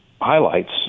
highlights